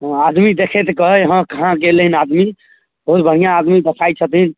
हुँ आदमी देखै तऽ कहै हँ कहाँ गेल हँ आदमी कोइ बहुत बढ़िआँ आदमी बुझाइ छथिन